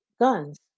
guns